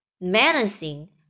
menacing